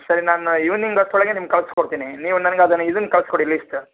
ಸರಿ ನಾನು ಈವ್ನಿಂಗ್ ಅಷ್ಟರೊಳಗೆ ನಿಮ್ಗೆ ಕಳ್ಸಿ ಕೊಡ್ತೀನಿ ನೀವು ನನ್ಗೆ ಅದನ್ನ ಇದನ್ನ ಕಳ್ಸಿ ಕೊಡಿ ಲೀಸ್ಟ